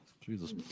Jesus